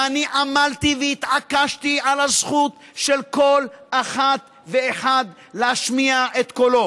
ואני עמלתי והתעקשתי על הזכות של כל אחת ואחד להשמיע את קולו,